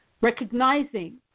Recognizing